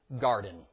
garden